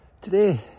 Today